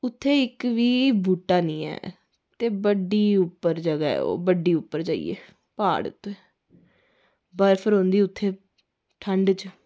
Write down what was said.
उत्थै इक बी बूह्टा निं ऐ ते उप्पर जगह् ऐ बडी उप्पर जाइयै प्हाड़ पर बर्फ रौंह्दी उत्थै ठंड बिच